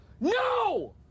No